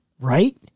Right